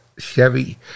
chevy